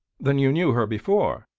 then you knew her before?